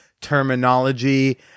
terminology